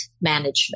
management